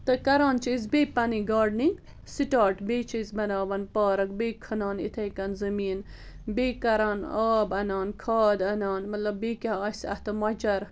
تہٕ کَران چھِ أسۍ بیٚیہِ پنٕنۍ گاڈنِنٛگ سِٹاٹ بیٚیہِ چھِ أسۍ بَناوان پارک بیٚیہِ کھَنان یِتھَے کَن زٔمیٖن بیٚیہِ کَران آب اَنان کھَاد اَنان مطلب بیٚیہِ کیٛاہ آسہِ اَتھ مۄچر